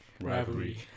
rivalry